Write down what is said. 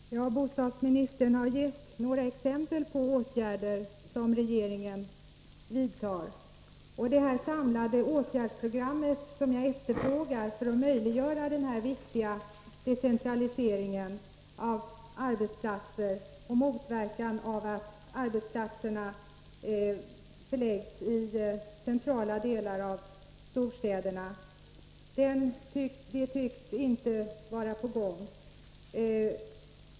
Herr talman! Bostadsministern har gett några exempel på åtgärder som regeringen vidtar, men det samlade åtgärdsprogram som jag efterfrågar för att möjliggöra den viktiga decentraliseringen av arbetsplatser och motverka att de förläggs i centrala delar av storstäderna tycks inte vara på gång.